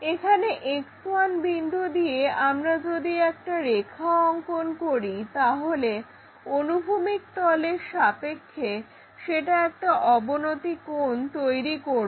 এখানে X1 বিন্দু দিয়ে আমরা যদি একটা রেখা অঙ্কন করি তাহলে অনুভূমিক তলের সাথে সেটা একটা অবনতি কোণ তৈরি করবে